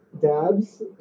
dabs